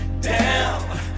down